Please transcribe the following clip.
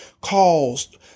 caused